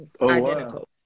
Identical